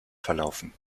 verlaufen